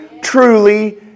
truly